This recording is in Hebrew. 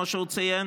כמו שהוא ציין,